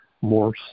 more